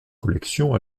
collection